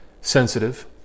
sensitive